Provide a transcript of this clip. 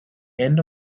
end